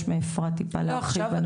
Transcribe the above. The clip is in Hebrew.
מאפרת טיפה להרחיב --- לא עכשיו.